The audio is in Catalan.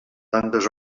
tantes